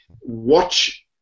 watch